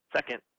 Second